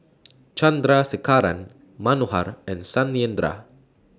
Chandrasekaran Manohar and Satyendra